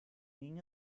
ging